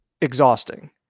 exhausting